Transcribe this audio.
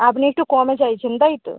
আপনি একটু কমে চাইছেন তাই তো